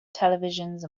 televisions